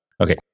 Okay